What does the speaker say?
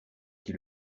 qui